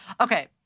Okay